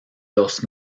los